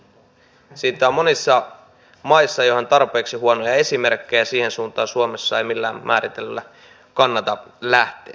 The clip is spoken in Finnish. siitä on monissa maissa jo ihan tarpeeksi huonoja esimerkkejä siihen suuntaan suomessa ei millään määrittelyllä kannata lähteä